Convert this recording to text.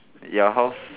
your house